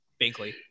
Binkley